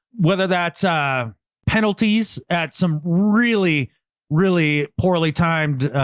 whether that's, ah penalties at some really really poorly timed,